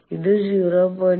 ഇത് 0